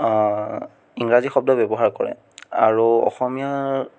ইংৰাজী শব্দ ব্য়ৱহাৰ কৰে আৰু অসমীয়া